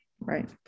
right